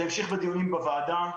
זה המשיך בדיונים בוועדה,